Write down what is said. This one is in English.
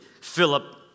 Philip